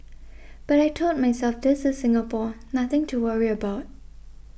but I told myself this is Singapore nothing to worry about